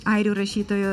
airių rašytojo